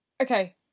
Okay